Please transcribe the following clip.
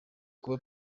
kuba